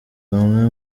bamwe